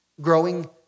growing